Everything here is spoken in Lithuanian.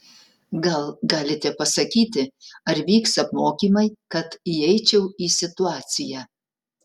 gal galite pasakyti ar vyks apmokymai kad įeičiau į situaciją